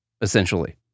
essentially